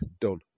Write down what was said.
Done